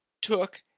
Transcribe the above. took